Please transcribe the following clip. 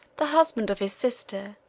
the husband of his sister,